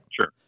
Sure